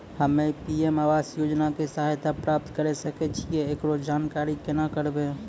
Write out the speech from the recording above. हम्मे पी.एम आवास योजना के सहायता प्राप्त करें सकय छियै, एकरो जानकारी केना करबै?